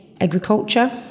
agriculture